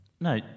No